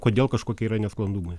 kodėl kažkokie yra nesklandumai